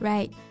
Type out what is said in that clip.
Right